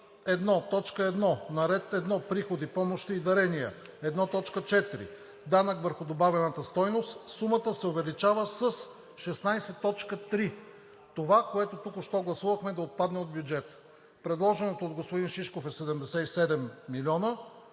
1, на ред 1 „Приходи, помощи и дарения“, 1.4 „Данък върху добавената стойност“ сумата се увеличава със 16.3.“ Това, което току-що гласувахме, да отпадне от бюджета. Предложеното от господин Шишков е 77 милиона,